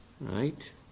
right